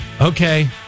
Okay